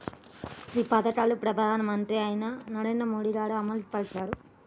ఈ పథకాన్ని మన ప్రధానమంత్రి అయిన నరేంద్ర మోదీ గారు అమలు పరిచారు